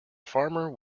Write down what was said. farmer